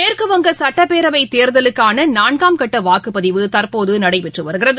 மேற்குவங்க சட்டப்பேரவைத் தேர்தலுக்கானநான்காம் கட்டவாக்குப்பதிவு இன்றுநடைபெற்றது